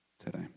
Today